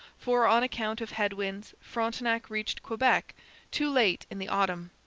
for on account of head winds frontenac reached quebec too late in the autumn.